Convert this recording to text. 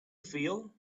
feel